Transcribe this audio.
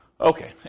Okay